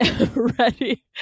ready